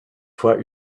fois